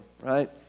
right